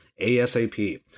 ASAP